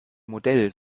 modell